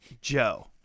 Joe